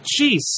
jeez